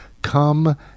Come